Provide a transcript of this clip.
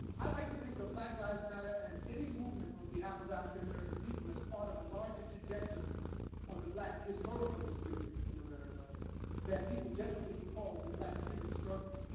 i like to think of black lives matter and any movement on behalf of african-american people as part of a larger trajectory of the black historical experience in america that people generally call the black freedom struggle.